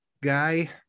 guy